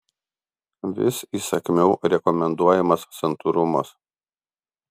vis įsakmiau rekomenduojamas santūrumas